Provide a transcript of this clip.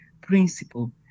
principle